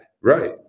Right